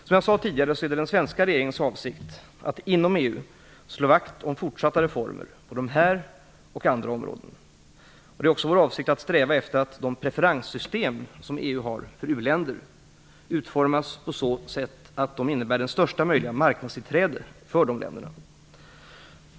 Som jag sade tidigare, är det den svenska regeringens avsikt att inom EU slå vakt om fortsatta reformer på dessa och andra områden. Det är också vår avsikt att sträva efter att de preferenssystem som EU har för u-länder utformas på ett sådant sätt att de innebär största möjliga marknadstillträde för dessa länder.